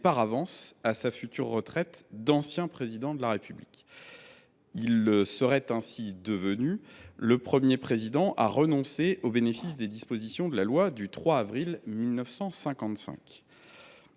par avance, à sa future retraite d’ancien président de la République. Il deviendrait ainsi le premier président à renoncer au bénéfice de la loi du 3 avril 1955.